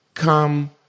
come